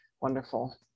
wonderful